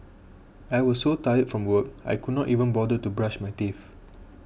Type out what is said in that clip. I was so tired from work I could not even bother to brush my teeth